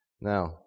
Now